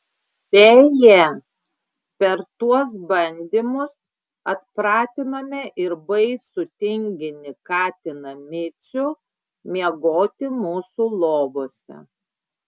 beje per tuos bandymus atpratinome ir baisų tinginį katiną micių miegoti mūsų lovose